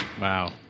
Wow